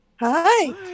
hi